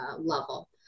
level